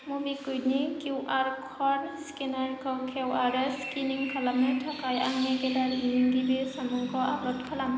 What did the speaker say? मबिकुविकनि Q R code स्केनारखौ खेव आरो स्केनिं खालामनो थाखाय आंनि गेलारिनि गिबि सावमुंखौ आपल'ड खालाम